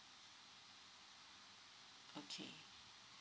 okay